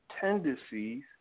tendencies